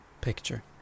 picture